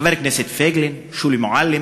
חבר הכנסת פייגלין, שולי מועלם,